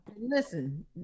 listen